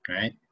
right